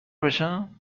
بشم